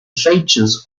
features